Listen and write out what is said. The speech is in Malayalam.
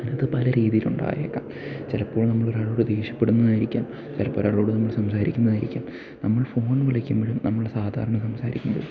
അത് പലരീതിയിലുണ്ടായേക്കാം ചിലപ്പോൾ നമ്മളൊരാളോട് ദേഷ്യപ്പെടുന്നതായിരിക്കാം ചിലപ്പോൾ ഒരാളോട് നമ്മൾ സംസാരിക്കുന്നതായിരിക്കാം നമ്മൾ ഫോൺ വിളിക്കുമ്പോഴും നമ്മൾ സാധാരണ സംസാരിക്കുമ്പോഴും